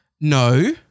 No